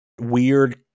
weird